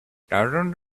thousands